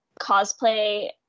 cosplay